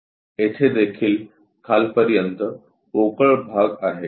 येथेदेखील खालपर्यंत पोकळ भाग आहे